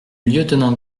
lieutenant